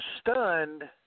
stunned